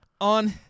on